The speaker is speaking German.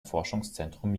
forschungszentrum